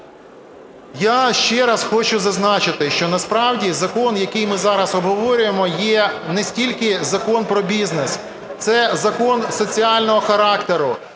Я ще раз хочу зазначити, що насправді закон, який ми зараз обговорюємо, є не стільки закон про бізнес, це закон соціального характеру.